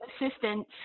assistant